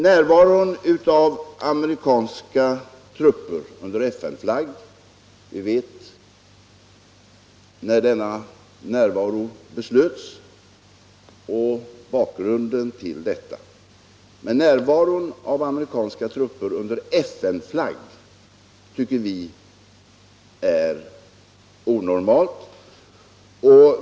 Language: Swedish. Närvaron av amerikanska trupper under FN-flagg — vi vet när denna närvaro beslöts och vi känner till bakgrunden — tycker vi är onormal.